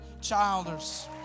Childers